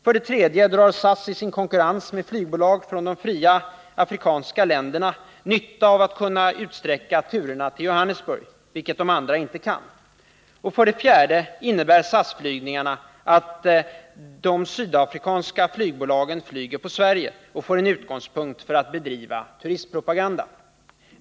För det tredje drar SAS i sin konkurrens med flygbolag från de fria afrikanska länderna nytta av att kunna utsträcka turerna till Johannesburg, vilket de andra inte kan. För det fjärde innebär SAS-flygningarna att de sydafrikanska flygbolagen flyger på Sverige och får en utgångspunkt för att bedriva turistpropaganda.